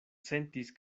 sentis